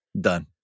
Done